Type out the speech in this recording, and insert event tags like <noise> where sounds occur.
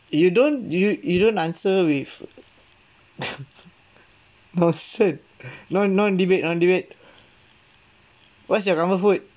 you don't you you don't answer with <laughs> nonsense non non-debate non-debate what's your comfort food